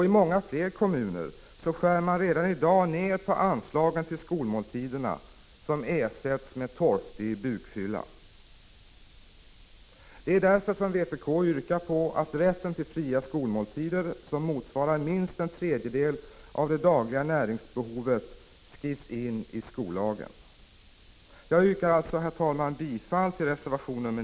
I många fler kommuner skär man redan i dag ner på anslagen till skolmåltiderna, som ersätts med torftig bukfylla. Det är därför som vpk yrkar att rätten till fria skolmåltider, som motsvarar minst en tredjedel av det dagliga näringsbehovet, skrivs in i skollagen. Jag yrkar alltså, herr talman, bifall till reservation nr 9.